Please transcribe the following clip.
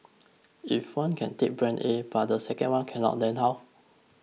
if one can take brand A but the second one cannot then how